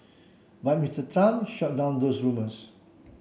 but Mister Trump shot down those rumours